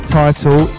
title